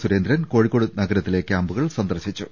സുരേ ന്ദ്രൻ കോഴിക്കോട് നഗരത്തിലെ ക്യാമ്പുകൾ സന്ദർശി ച്ചു